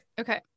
okay